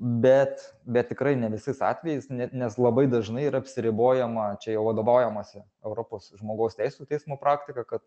bet bet tikrai ne visais atvejais ne nes labai dažnai yra apsiribojoma čia jau vadovaujamasi europos žmogaus teisių teismo praktika kad